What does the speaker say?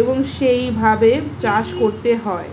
এবং সেই ভাবে চাষ করতে হয়